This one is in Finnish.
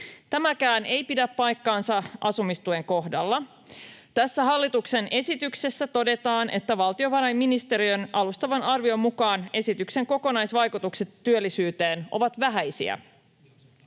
Tämäkään ei pidä paikkaansa asumistuen kohdalla. Tässä hallituksen esityksessä todetaan, että valtiovarainministeriön alustavan arvion mukaan esityksen kokonaisvaikutukset työllisyyteen ovat vähäisiä.